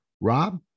Rob